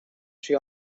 she